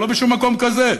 לא בשום מקום כזה,